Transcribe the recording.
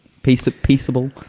Peaceable